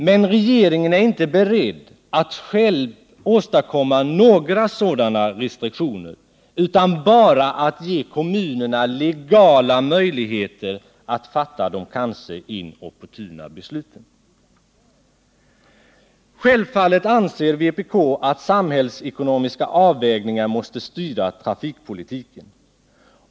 Men regeringen är inte beredd att själv åstadkomma några sådana restriktioner, utan bara att ge kommunerna legala möjligheter att fatta de kanske inopportuna besluten, Självfallet anser vpk att samhällsekonomiska avvägningar måste styra trafikpolitiken.